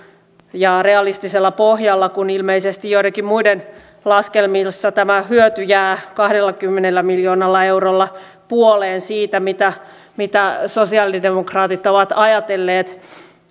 ja realistisella pohjalla kun ilmeisesti joidenkin muiden laskelmissa tämä hyöty jää kahdellakymmenellä miljoonalla eurolla puoleen siitä mitä mitä sosialidemokraatit ovat ajatelleet